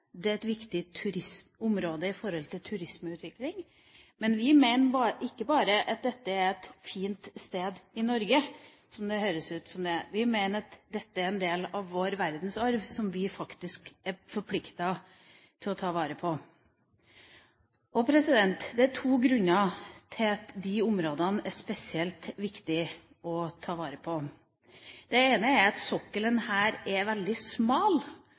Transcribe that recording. Det er et viktig turistområde i forhold til turismeutvikling. Men vi mener ikke bare at dette er et fint sted i Norge, som det høres som det er. Vi mener at dette er en del av vår verdensarv som vi faktisk er forpliktet til å ta vare på. Det er to grunner til at de områdene er spesielt viktige å ta vare på. Det ene er at sokkelen her er veldig smal,